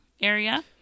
area